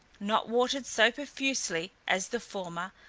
not watered so profusely as the former,